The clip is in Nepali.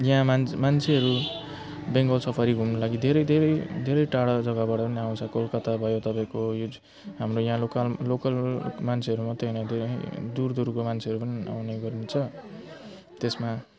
यहाँ मान् मान्छेहरू बेङ्गल सफारी घुम्नु लागि धेरै धेरै धेरै धेरै टाढा जगाबाट पनि आउँछ कोलकत्ता भयो तपाईँको यो हाम्रो यहाँ लोकल लोकल मान्छेहरू मात्र होइन दूर दूरको मान्छेहरू पनि आउने गरिन्छ त्यसमा